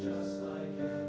yeah yeah